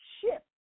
ship